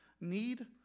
need